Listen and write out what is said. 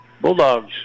Bulldogs